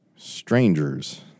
Strangers